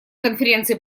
конференции